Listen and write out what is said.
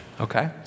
okay